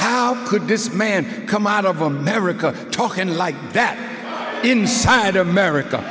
how could this man come out of america talking like that inside america